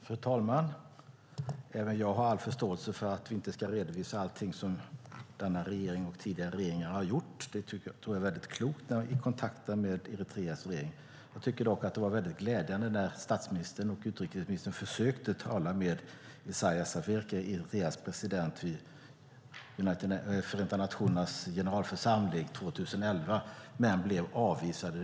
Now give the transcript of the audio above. Fru talman! Även jag har all förståelse för att vi inte ska redovisa allting som denna regering och tidigare regeringar har gjort, och jag tror att det är klokt när det gäller kontakten med Eritreas regering. Jag tycker dock att det var glädjande att statsministern och utrikesministern försökte tala med Eritreas president Isaias Afewerki vid Förenta nationernas generalförsamling 2011. Då blev man dock avvisade.